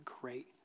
great